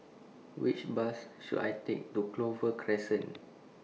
Which Bus should I Take to Clover Crescent